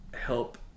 help